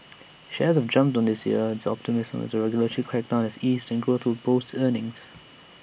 shares have jumped this year on optimism A regulatory crackdown has eased and growth will boost earnings